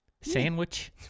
sandwich